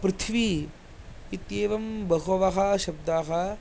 पृथ्वी इत्येवं बहवः शब्दाः